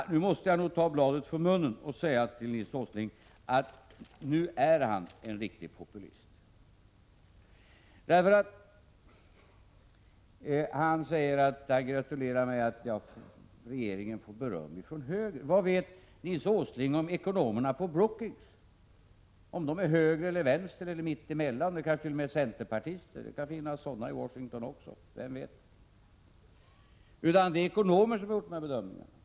Jag måste nog ta bladet från munnen och säga till Nils Åsling att han nu är en riktig populist, när han gratulerar mig för att regeringen får beröm från höger. Vad vet Nils Åsling om ekonomerna på Brookings? Vet han om de befinner sig till höger, till vänster eller i mitten? De kanske t.o.m. är centerpartister — det kan finnas sådana i Washington också. Det är alltså ekonomer som har gjort dessa bedömningar.